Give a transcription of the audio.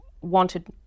wanted